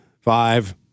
five